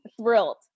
thrilled